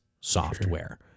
software